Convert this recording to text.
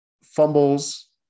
fumbles